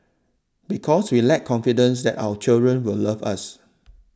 because we lack confidence that our children will love us